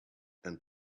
and